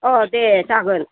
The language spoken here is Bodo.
दे जागोन